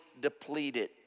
depleted